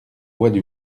voient